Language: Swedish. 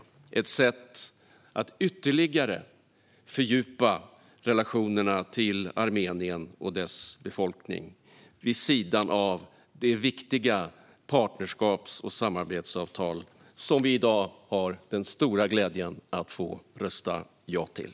Det är ett sätt att ytterligare fördjupa relationerna till Armenien och dess befolkning vid sidan av det viktiga partnerskaps och samarbetsavtal som vi i dag har den stora glädjen att rösta ja till.